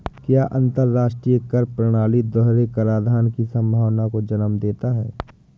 क्या अंतर्राष्ट्रीय कर प्रणाली दोहरे कराधान की संभावना को जन्म देता है?